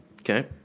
Okay